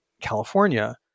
California